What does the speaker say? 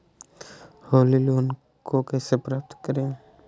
Holi loan को कैसे प्राप्त करें?